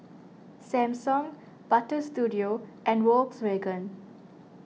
Samsung Butter Studio and Volkswagen